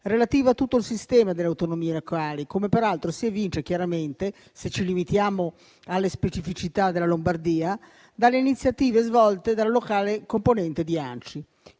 relativa a tutto il sistema delle autonomie locali, come peraltro si evince chiaramente, se ci limitiamo alle specificità della Lombardia, dalle iniziative svolte dalla locale componente di ANCI.